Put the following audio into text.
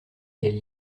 elle